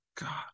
God